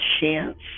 chance